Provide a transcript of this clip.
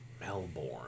Melbourne